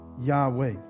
Yahweh